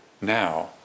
now